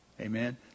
Amen